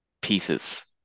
pieces